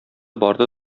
барды